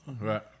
right